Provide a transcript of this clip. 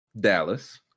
Dallas